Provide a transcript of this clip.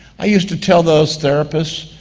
i used to tell those therapists,